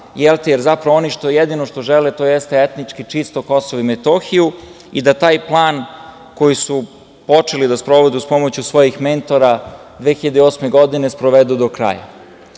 jer zapravo ono što oni jedino što žele to jeste etnički čisto KiM i da taj plan, koji su počeli da sprovode uz pomoć svojih mentora 2008. godine, sprovedu do kraj,